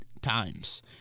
times